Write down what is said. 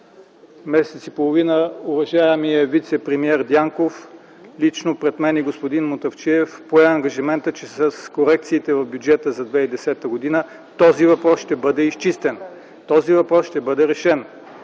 месец и половина уважаемият вицепремиер Дянков лично пред мен и господин Мутафчиев пое ангажимента, че с корекцията на бюджета за 2010 г. този въпрос ще бъде изчистен, този въпрос ще бъде решен.